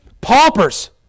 paupers